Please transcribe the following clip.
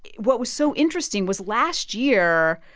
what was so interesting was last year,